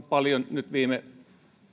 paljon nyt viime